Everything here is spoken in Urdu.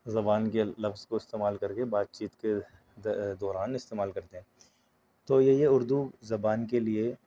زبان کے لفظ کو استعمال کر کے بات چیت کے دوران استعمال کرتے ہیں تو یہی ہے اُردو زبان کے لیے